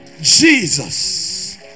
Jesus